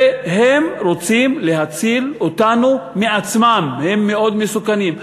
והם רוצים להציל אותנו מעצמם, והם מאוד מסוכנים.